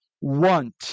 want